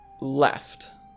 left